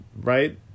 Right